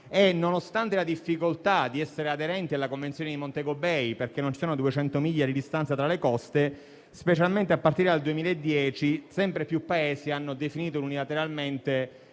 Nonostante la difficoltà di essere aderenti alla Convenzione di Montego Bay, perché non ci sono 200 miglia di distanza tra le coste, specialmente a partire dal 2010 sempre più Paesi hanno definito unilateralmente